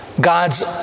God's